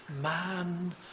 man